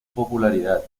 popularidad